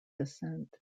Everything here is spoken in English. descent